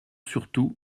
surtout